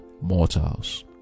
mortals